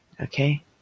Okay